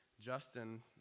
Justin